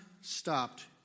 stopped